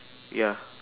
ya